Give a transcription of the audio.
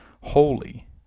holy